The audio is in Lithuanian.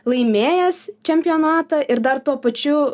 laimėjęs čempionatą ir dar tuo pačiu